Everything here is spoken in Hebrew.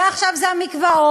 ועכשיו זה המקוואות,